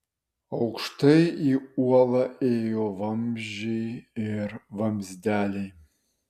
aukštai į uolą ėjo vamzdžiai ir vamzdeliai